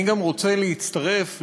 אני גם רוצה להצטרף לדברייך,